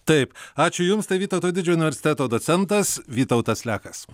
taip ačiū jums tai vytauto didžiojo universiteto docentas vytautas liakas